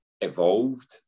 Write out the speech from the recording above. evolved